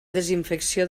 desinfecció